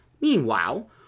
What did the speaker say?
Meanwhile